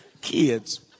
kids